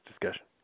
discussion